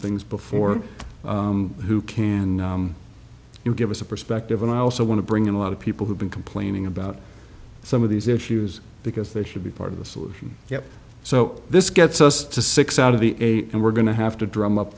things before who can you give us a perspective and i also want to bring in a lot of people who've been complaining about some of these issues because they should be part of the solution yet so this gets us to six out of the eight and we're going to have to drum up